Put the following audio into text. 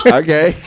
okay